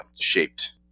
shaped